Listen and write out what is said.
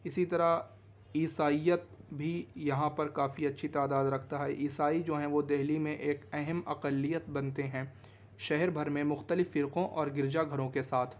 اسی طرح عیسائیت بھی یہاں پر کافی اچھی تعداد رکھتا ہے عیسائی جو ہیں وہ دہلی میں ایک اہم اقلیت بنتے ہیں شہر بھر میں مختلف فرقوں اور گرجا گھروں کے ساتھ